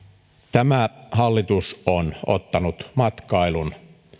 tämä hallitus on ottanut matkailun